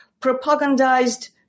propagandized